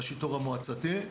לשיטור המועצתי,